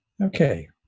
Okay